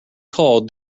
called